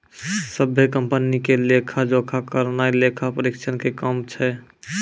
सभ्भे कंपनी के लेखा जोखा करनाय लेखा परीक्षक के काम छै